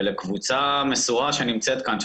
ולקבוצה מסורה שנמצאת כאן,